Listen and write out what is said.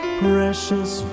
precious